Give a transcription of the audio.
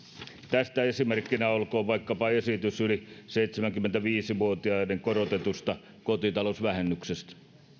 tästä esimerkkinä olkoon vaikkapa esitys yli seitsemänkymmentäviisi vuotiaiden korotetusta kotitalousvähennyksestä